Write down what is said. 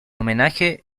homenaje